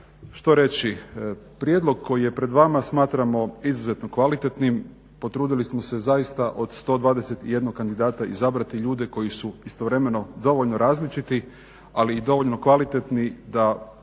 Što reći? Prijedlog koji je pred vama smatramo izuzetno kvalitetnim, potrudili smo se zaista od 121 kandidata izabrati ljude koji su istovremeno dovoljno različiti ali i dovoljno kvalitetni da